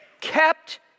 kept